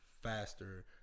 faster